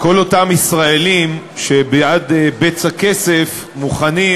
כל אותם ישראלים שבעד בצע כסף מוכנים